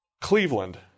Cleveland